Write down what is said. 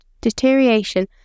deterioration